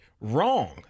wrong